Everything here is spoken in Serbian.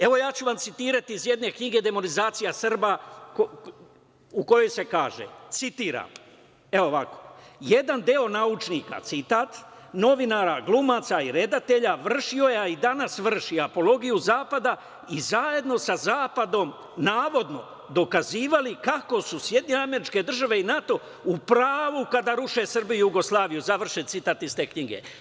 Evo ja ću vam citirati iz jedne knjige „Demonizacija Srba“ u kojoj se kaže, citiram: „Jedan deo naučnika, novinara, glumaca i reditelja vršio je, a i danas vrši, apologiju zapada i zajedno sa zapadom, navodno dokazivali kako su SAD i NATO u pravu kada ruše Srbiju i Jugoslaviju“, završen citat iz te knjige.